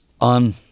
on